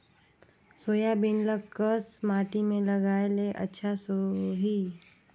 Soybean ल कस माटी मे लगाय ले अच्छा सोही?